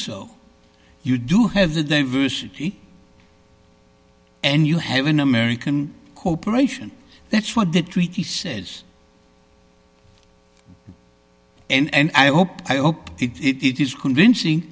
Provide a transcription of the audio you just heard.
so you do have the diversity and you have an american corporation that's what that treaty says and i hope i hope it is convincing